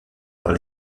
par